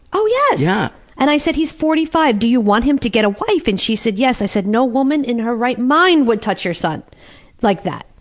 oh yes! yeah yeah and i said, he's forty-five! do you want him to get a wife? and she said, yes. i said, no woman in her right mind would touch her son like that.